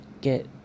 get